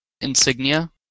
insignia